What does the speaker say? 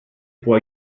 può